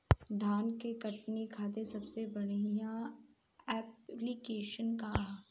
धान के कटनी खातिर सबसे बढ़िया ऐप्लिकेशनका ह?